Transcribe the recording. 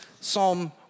Psalm